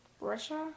Russia